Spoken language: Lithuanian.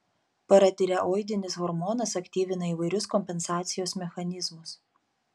paratireoidinis hormonas aktyvina įvairius kompensacijos mechanizmus